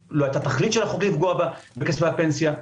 ותכלית החוק לא היתה לפגוע בכספי הפנסיה.